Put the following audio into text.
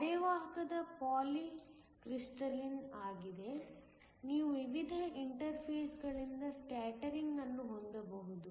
ಅರೆವಾಹಕವು polycrystalline ಆಗಿದೆ ನೀವು ವಿವಿಧ ಇಂಟರ್ಫೇಸ್ಗಳಿಂದ ಸ್ಕ್ಯಾಟರಿಂಗ್ ಅನ್ನು ಹೊಂದಬಹುದು